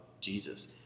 Jesus